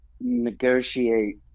negotiate